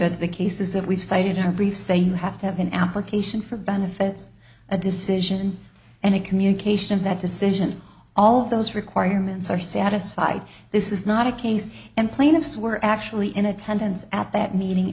that the cases that we've cited in our brief say you have to have an application for benefits a decision and a communication of that decision all of those requirements are satisfied this is not a case and plaintiffs were actually in attendance at that meeting